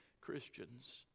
Christians